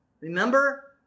Remember